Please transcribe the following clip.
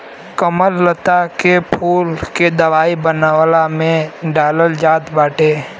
कमललता के फूल के दवाई बनवला में डालल जात बाटे